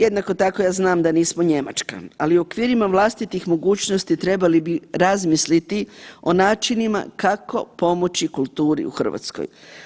Jednako tako, ja znam da nismo Njemačka, ali u okvirima vlastitih mogućnosti trebali bi razmisliti o načinima kako pomoći kulturi u RH.